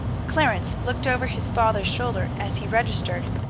clarence looked over his father's shoulder as he registered.